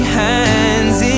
hands